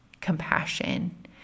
compassion